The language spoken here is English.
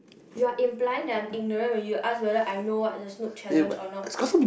you are implying that I am ignorant when you ask if I know what the SnooT challenge or not